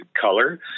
color